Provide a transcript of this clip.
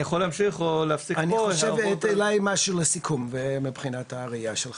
משהו לסיכום מבחינת הראייה שלך,